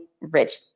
rich